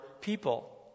people